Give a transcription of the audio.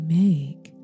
make